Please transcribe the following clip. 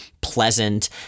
pleasant